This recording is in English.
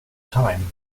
time